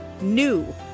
NEW